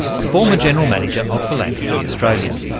a former general manager of philanthropy australia.